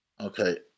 okay